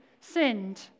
sinned